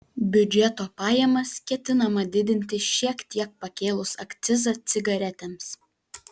biudžeto pajamas ketinama didinti šiek tiek pakėlus akcizą cigaretėms